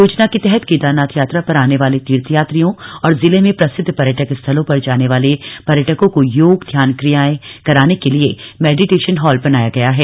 योजना के तहत केदारनाथ यात्रा पर आने वाले तीर्थयात्रियों और जिले में प्रसिद्ध पर्यटक स्थलों पर जाने वाले पर्यटकों को योग ध्यान क्रियाएं कराने के लिए मेडीटेशन हॉल बनाया गया है